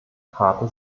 harte